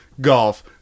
golf